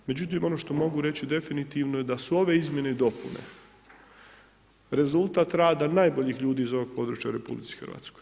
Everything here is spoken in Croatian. Međutim, ono što mogu reći definitivno je da su ove izmjene i dopune rezultat rada najboljih ljudi iz ovog područja u RH.